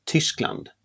Tyskland